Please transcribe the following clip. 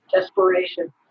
Desperation